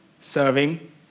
serving